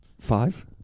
Five